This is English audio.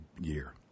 year